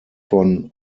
von